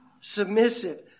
submissive